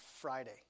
Friday